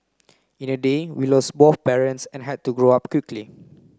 in a day we lost both parents and had to grow up quickly